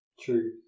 True